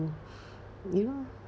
you know